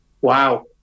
wow